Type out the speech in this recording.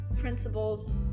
principles